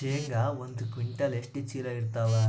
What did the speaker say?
ಶೇಂಗಾ ಒಂದ ಕ್ವಿಂಟಾಲ್ ಎಷ್ಟ ಚೀಲ ಎರತ್ತಾವಾ?